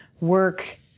work